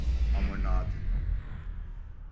Amarnath